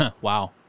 Wow